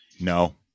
No